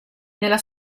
nella